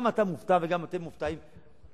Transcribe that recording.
גם אתה מופתע וגם אתם מופתעים מההישגים